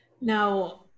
Now